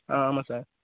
ஆ ஆமாம் சார்